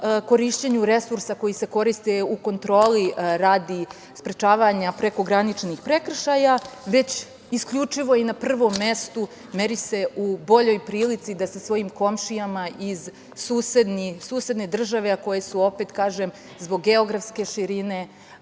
korišćenju resursa koji se koriste u kontroli radi sprečavanja prekograničnih prekršaja, već isključivo i na prvom mestu meri se u boljoj prilici da sa svojim komšijama iz susedne države a koje su, opet kažem, zbog geografske širine